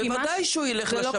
בוודאי שהוא יילך לשב"ן.